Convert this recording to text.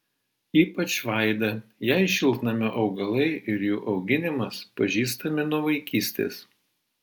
ypač vaida jai šiltnamio augalai ir jų auginimas pažįstami nuo vaikystės